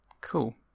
Cool